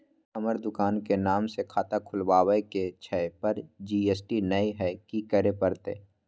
हमर दुकान के नाम से खाता खुलवाबै के छै पर जी.एस.टी नय हय कि करे परतै?